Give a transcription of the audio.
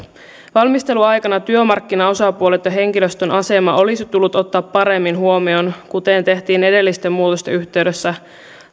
valmisteluaikana työmarkkinaosapuolet ja henkilöstön asema olisi tullut ottaa paremmin huomioon kuten tehtiin edellisten muutosten yhteydessä